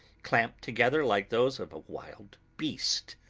champed together like those of a wild beast.